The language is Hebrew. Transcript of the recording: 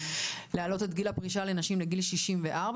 להעלות את גיל הפרישה לנשים לגיל 64,